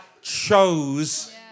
chose